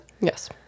Yes